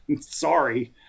sorry